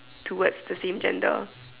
towards the same gender